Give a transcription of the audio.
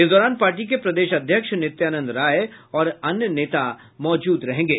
इस दौरान पार्टी के प्रदेश अध्यक्ष नित्यानंद राय और अन्य नेता मौजूद रहेंगे